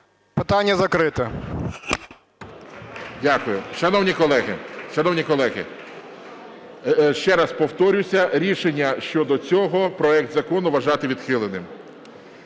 Питання закрите. ГОЛОВУЮЧИЙ. Дякую. Шановні колеги, ще раз повторюся: рішення щодо цього – проект закону вважати відхиленим.